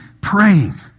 Praying